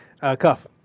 Cuff